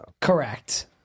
Correct